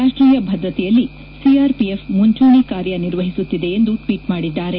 ರಾಷ್ಷೀಯ ಭದ್ರತೆಯಲ್ಲಿ ಒಆರ್ಒಎಫ್ ಮುಂಚೂಣಿ ಕಾರ್ಯ ನಿರ್ವಹಿಸುತ್ತಿದೆ ಎಂದು ಟ್ವೀಟ್ ಮಾಡಿದ್ದಾರೆ